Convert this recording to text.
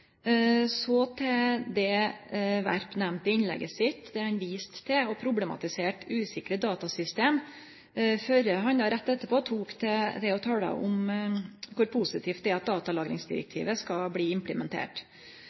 Så til det Werp nemnde i innlegget sitt, der han viste til og problematiserte usikre datasystem, før han rett etterpå begynte å tale om kor positivt det er at datalagringsdirektivet skal bli implementert.